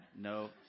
No